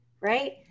right